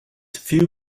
few